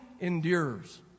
endures